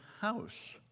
house